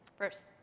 first,